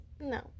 no